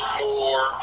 more